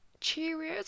Cheerios